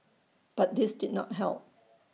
but this did not help